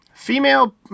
Female